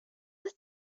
with